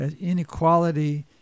Inequality